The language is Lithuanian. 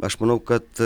aš manau kad